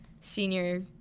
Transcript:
senior